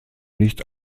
nicht